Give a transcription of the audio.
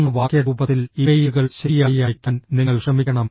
പൂർണ്ണ വാക്യ രൂപത്തിൽ ഇമെയിലുകൾ ശരിയായി അയയ്ക്കാൻ നിങ്ങൾ ശ്രമിക്കണം